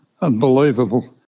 Unbelievable